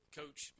coach